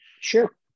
Sure